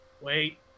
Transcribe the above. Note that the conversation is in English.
Wait